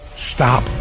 Stop